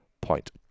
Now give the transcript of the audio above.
point